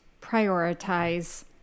prioritize